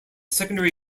secondary